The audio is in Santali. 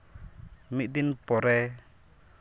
ᱢᱤᱫ ᱫᱤᱱ ᱯᱚᱨᱮ